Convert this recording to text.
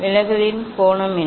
விலகலின் கோணம் என்ன